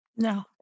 No